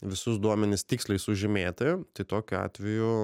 visus duomenis tiksliai sužymėti tai tokiu atveju